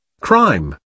Crime